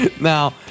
Now